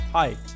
Hi